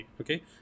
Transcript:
okay